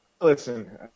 listen